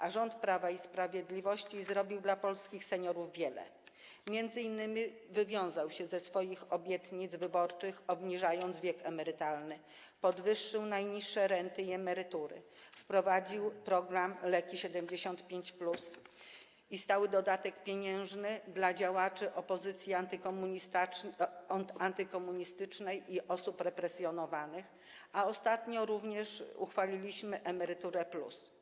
A rząd Prawa i Sprawiedliwości zrobił dla polskich seniorów wiele, m.in. wywiązał się ze swoich obietnic wyborczych, obniżając wiek emerytalny, podwyższył najniższe renty i emerytury, wprowadził program „Leki 75+” i stały dodatek pieniężny dla działaczy opozycji antykomunistycznej i osób represjonowanych, a ostatnio również uchwalił „Emeryturę+”